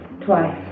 Twice